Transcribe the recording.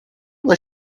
was